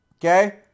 Okay